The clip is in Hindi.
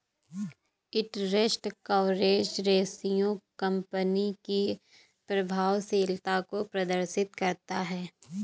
इंटरेस्ट कवरेज रेशियो कंपनी की प्रभावशीलता को प्रदर्शित करता है